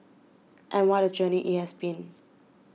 and what a journey it has been